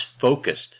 focused